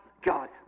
God